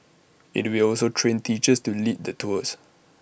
IT will also train teachers to lead the tours